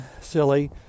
silly